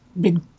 big